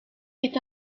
est